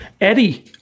Eddie